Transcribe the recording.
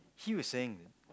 he was saying